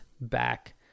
back